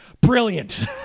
Brilliant